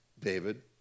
David